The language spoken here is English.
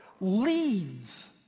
leads